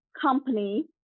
company